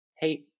hey